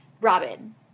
Robin